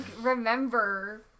remember